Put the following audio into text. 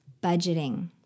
budgeting